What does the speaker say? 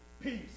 peace